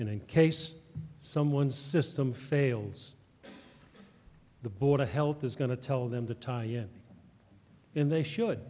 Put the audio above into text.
in case someone system fails the board of health is going to tell them to tie in and they should